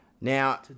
Now